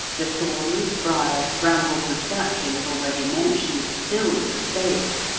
the thorns, briars, brambles, and saplings already mentioned filled the space,